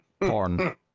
Porn